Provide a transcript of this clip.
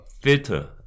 filter